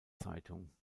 zeitung